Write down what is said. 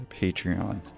Patreon